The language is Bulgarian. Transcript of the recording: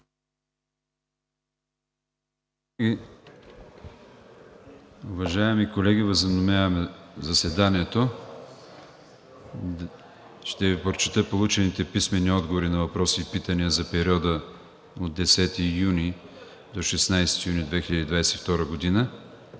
Уважаеми колеги, възобновявам заседанието. Ще Ви прочета получените писмени отговори на въпроси и питания за периода 10 юни до 16 юни 2022 г.